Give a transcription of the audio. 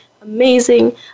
Amazing